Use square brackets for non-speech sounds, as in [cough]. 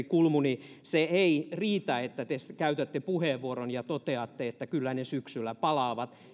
[unintelligible] kulmuni se ei riitä että te käytätte puheenvuoron ja toteatte että kyllä ne syksyllä palaavat